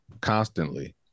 constantly